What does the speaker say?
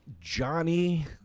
Johnny